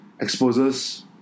exposes